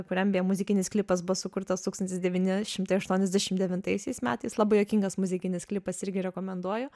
kuriam beje muzikinis klipas buvo sukurtas tūkstantis devyni šimtai aštuoniasdešim devintaisiais metais labai juokingas muzikinis klipas irgi rekomenduoju